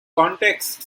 context